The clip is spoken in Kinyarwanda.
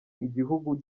igihugu